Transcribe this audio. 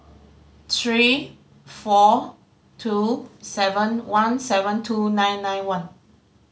three four two seven one seven two nine nine one